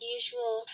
usual